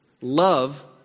Love